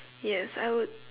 yes I would